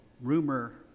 rumor